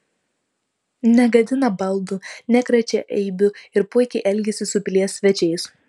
negadina baldų nekrečia eibių ir puikiai elgiasi su pilies svečiais